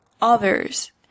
others